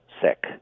sick